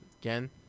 Again